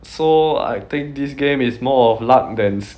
so I think this game is more of luck than